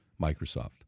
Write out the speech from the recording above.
Microsoft